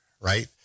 right